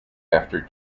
after